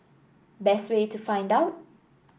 best way to find out